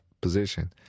position